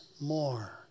more